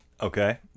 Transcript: Okay